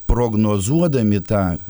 prognozuodami tą